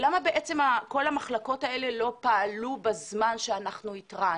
למה בעצם כל המחלקות האלה לא פעלו בזמן שאנחנו התרענו?